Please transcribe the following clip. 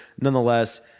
Nonetheless